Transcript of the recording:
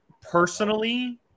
personally